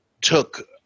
took